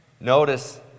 Notice